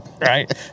right